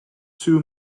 two